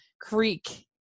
creek